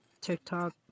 TikTok